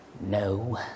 No